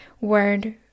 word